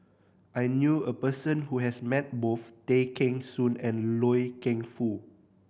I knew a person who has met both Tay Kheng Soon and Loy Keng Foo